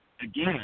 again